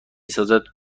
سازد